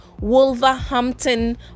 Wolverhampton